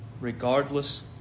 regardless